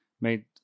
made